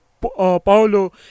Paulo